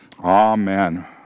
Amen